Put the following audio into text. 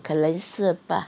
可能是吧